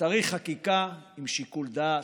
צריך חקיקה עם שיקול דעת,